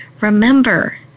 remember